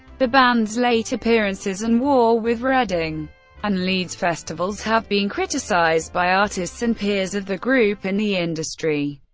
the band's late appearances and war with reading and leeds festivals have been criticized by artists and peers of the group in the industry.